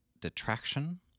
detraction